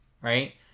right